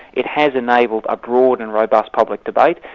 it has enabled a broad and robust public debate,